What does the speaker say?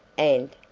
and,